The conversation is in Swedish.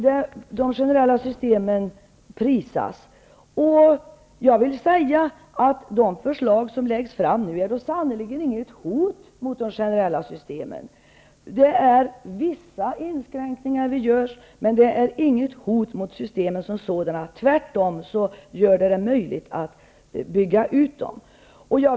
De generella systemen prisas, och jag vill säga att de förslag som nu läggs fram sannerligen inte är något hot mot de generella systemen, även om vissa inskränkningar görs; tvärtom blir det möjligt att bygga ut dem.